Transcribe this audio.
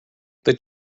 they